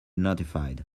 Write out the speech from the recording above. notified